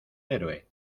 héroe